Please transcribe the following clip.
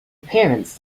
appearance